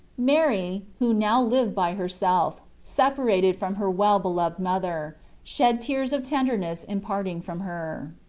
mary, who now lived by herself, separated from her well-beloved mother, shed tears of tenderness in parting from her.